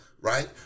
right